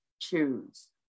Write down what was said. choose